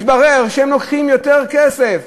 מתברר שהם לוקחים יותר כסף